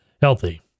healthy